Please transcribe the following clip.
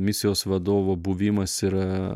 misijos vadovo buvimas yra